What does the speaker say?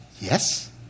Yes